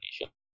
nation